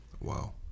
Wow